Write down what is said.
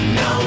no